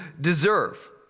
deserve